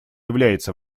является